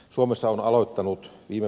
suomessa on aloittanut ja